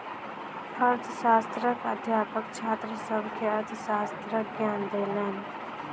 अर्थशास्त्रक अध्यापक छात्र सभ के अर्थशास्त्रक ज्ञान देलैन